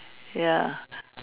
ya